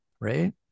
right